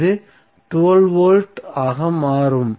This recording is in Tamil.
இது 12 வோல்ட் ஆக மாறும்